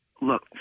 Look